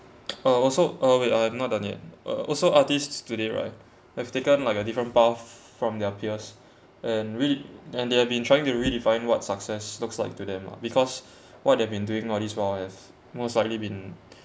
uh also uh wait I'm not done yet uh also artists today right have taken like a different path from their peers and rede~ and they have been trying to redefine what success looks like to them lah because what they have been doing all this while has most likely been